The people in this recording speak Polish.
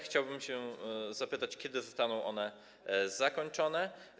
Chciałbym zapytać, kiedy zostaną one zakończone.